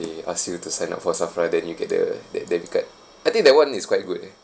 they ask you to sign up for SAFRA then you get the de~ debit card I think that one is quite good leh